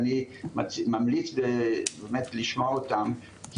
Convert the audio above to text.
אני ממליץ באמת לשמוע אותם,